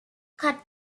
cut